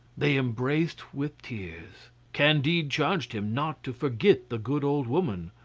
they embraced with tears candide charged him not to forget the good old woman.